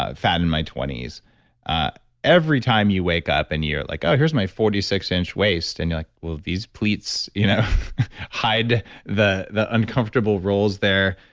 ah fat in my twenty s ah every time you wake up and you're, like oh, here's my forty six inch waist, and you're like will these pleats you know hide the the uncomfortable rolls there?